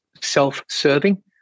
self-serving